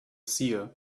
seer